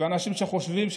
ואנשים שחושבים,